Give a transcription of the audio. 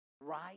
right